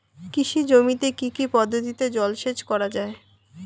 কৃষি জমিতে কি কি পদ্ধতিতে জলসেচ করা য়ায়?